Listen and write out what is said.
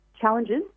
challenges